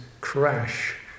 crash